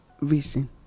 reason